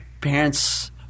parents